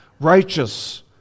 righteous